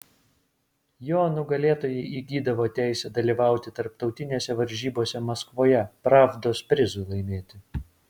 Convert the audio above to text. jo nugalėtojai įgydavo teisę dalyvauti tarptautinėse varžybose maskvoje pravdos prizui laimėti